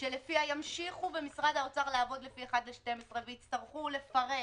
שלפיה ימשיכו במשרד האוצר לעבוד לפי 1/12 ויצטרכו לפרט